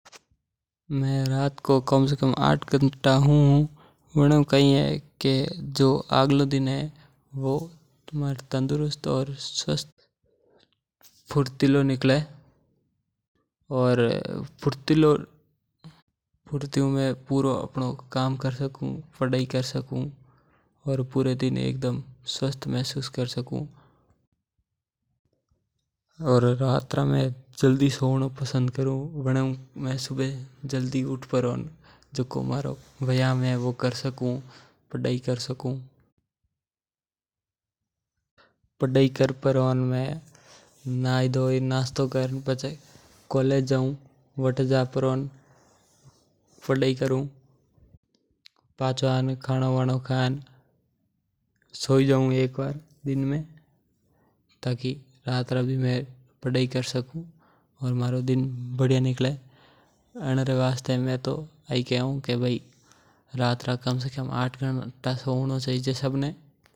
मू रात रा कम हू कम आठ घंटा सोवणे हू कै ह की मारो अगलो दिन वडिया जावे। मने आलस और थकाण महसुस कोनी हवै और फूर्ति में मारो काम कर सको। और रात रा मैं जल्दी सोवणो पसन्द करु जिकै मैं सुबह जल्दी उठणे व्यायाम करी सकु पधाई करु सकु और बाकी काम कर सकु।